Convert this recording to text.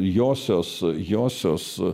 josios josios